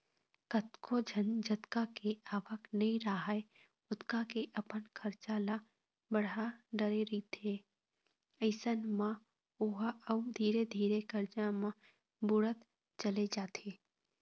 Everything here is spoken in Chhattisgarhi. कतको झन जतका के आवक नइ राहय ओतका के अपन खरचा ल बड़हा डरे रहिथे अइसन म ओहा अउ धीरे धीरे करजा म बुड़त चले जाथे